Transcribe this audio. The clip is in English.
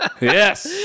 Yes